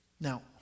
Now